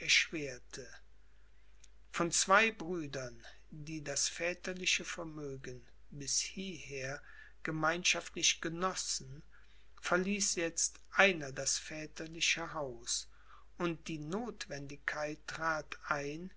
erschwerte von zwei brüdern die das väterliche vermögen bis hieher gemeinschaftlich genossen verließ jetzt einer das väterliche hans und die notwendigkeit trat ein